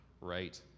right